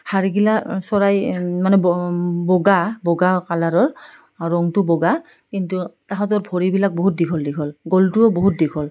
হাড়গিলা চৰাই মানে ব বগা বগা কালাৰৰ ৰঙটো বগা কিন্তু তাহাঁতৰ ভৰিবিলাক বহুত দীঘল দীঘল গলটোও বহুত দীঘল